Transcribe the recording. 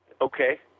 okay